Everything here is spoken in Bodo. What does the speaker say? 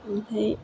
ओमफ्राय